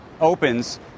opens